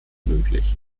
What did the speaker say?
möglich